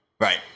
Right